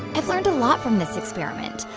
i've learned a lot from this experiment.